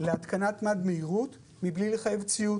להתקנת מד מהירות מבלי לחייב ציות